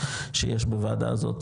שיש בוועדה הזאת,